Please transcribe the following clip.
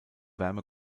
wärme